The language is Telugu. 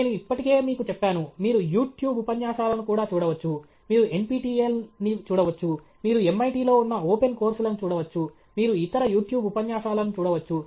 నేను ఇప్పటికే మీకు చెప్పాను మీరు యూట్యూబ్ ఉపన్యాసాలను కూడా చూడవచ్చు మీరు NPTEL ని చూడవచ్చు మీరు MIT లో ఉన్న ఓపెన్ కోర్సులను చూడవచ్చు మీరు ఇతర YouTube ఉపన్యాసాలను చూడవచ్చు